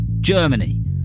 germany